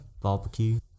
Barbecue